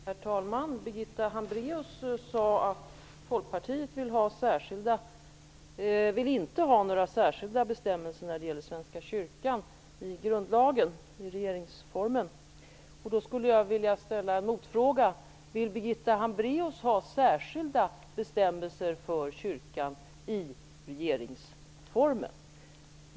Herr talman! Birgitta Hambraeus sade att Folkpartiet inte vill ha några särskilda bestämmelser om Svenska kyrkan i regeringsformen. Jag skulle då vilja ställa en fråga: Vill Birgitta Hambraeus ha särskilda bestämmelser för kyrkan i regeringsformen?